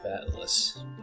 atlas